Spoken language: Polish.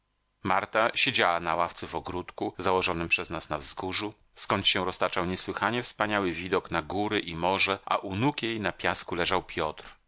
marta siedziała na ławce w ogródku założonym przez nas na wzgórzu skąd się roztaczał niesłychanie wspaniały widok na góry i morze a u nóg jej na piasku leżał piotr